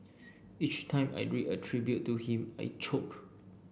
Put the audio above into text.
each time I read a tribute to him I choke